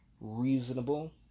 reasonable